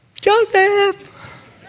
Joseph